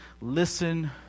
listen